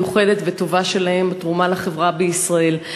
המיוחדת והטובה שלהם בתרומה לחברה בישראל.